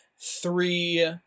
three